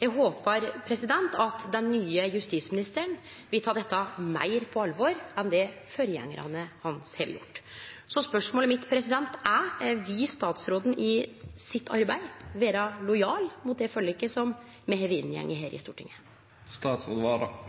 Eg håpar at den nye justisministeren vil ta dette meir på alvor enn det forgjengarane hans har gjort. Spørsmålet mitt er: Vil statsråden i sitt arbeid vere lojal mot det forliket som me har inngått her